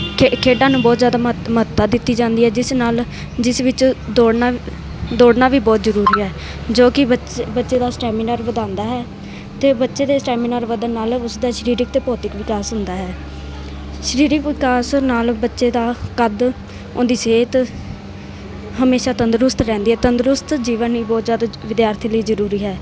ਖੇ ਖੇਡਾਂ ਨੂੰ ਬਹੁਤ ਜ਼ਿਆਦਾ ਮਹੱਤ ਮਹੱਤਤਾ ਦਿੱਤੀ ਜਾਂਦੀ ਹੈ ਜਿਸ ਨਾਲ ਜਿਸ ਵਿੱਚ ਦੌੜਨਾ ਦੌੜਨਾ ਵੀ ਬਹੁਤ ਜ਼ਰੂਰੀ ਹੈ ਜੋ ਕੀ ਬੱ ਬੱਚੇ ਦਾ ਸਟੈਮੀਨਾਰ ਵਧਾਉਂਦਾ ਹੈ ਅਤੇ ਬੱਚੇ ਦੇ ਸਟੈਮੀਨਾਰ ਵੱਧਣ ਨਾਲ ਉਸਦਾ ਸਰੀਰਕ ਅਤੇ ਭੌਤਿਕ ਵਿਕਾਸ ਹੁੰਦਾ ਹੈ ਸਰੀਰਿਕ ਵਿਕਾਸ ਨਾਲ ਬੱਚੇ ਦਾ ਕੱਦ ਉਹਨਦੀ ਸਿਹਤ ਹਮੇਸ਼ਾਂ ਤੰਦਰੁਸਤ ਰਹਿੰਦੀ ਹੈ ਤੰਦਰੁਸਤ ਜੀਵਨ ਵੀ ਬਹੁਤ ਜ਼ਿਆਦਾ ਵਿਦਿਆਰਥੀ ਲਈ ਜ਼ਰੂਰੀ ਹੈ